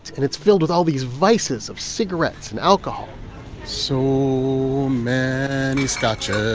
and it's filled with all these vices of cigarettes and alcohol so many scotches,